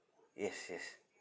yes yes